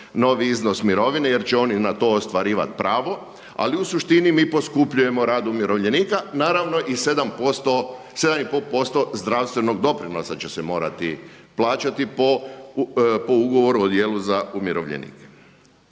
iznos mirovine jer će oni na to ostvarivat pravo. Ali u suštini mi poskupljujemo rad umirovljenika, naravno i 7 posto, 7 i pol posto zdravstvenog doprinosa će se morati plaćati po ugovoru o djelu za umirovljenike.